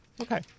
Okay